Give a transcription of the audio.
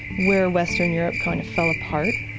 where western europe kind of fell apart.